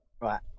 Right